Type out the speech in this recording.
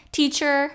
teacher